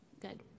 Good